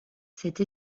cette